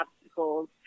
obstacles